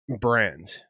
brand